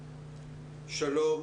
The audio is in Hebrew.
שלום.